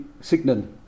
signal